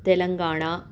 Telangana